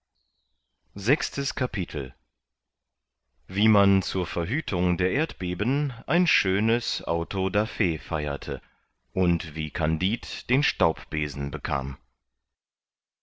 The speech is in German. sechstes kapitel wie man zur verhütung der erdbeben ein schönes auto da fe feierte und wie kandid den staupbesen bekam